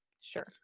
Sure